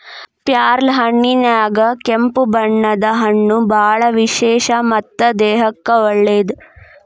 ಪ್ಯಾರ್ಲಹಣ್ಣಿನ್ಯಾಗ ಕೆಂಪು ಬಣ್ಣದ ಹಣ್ಣು ಬಾಳ ವಿಶೇಷ ಮತ್ತ ದೇಹಕ್ಕೆ ಒಳ್ಳೇದ